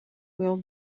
will